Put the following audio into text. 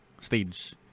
stage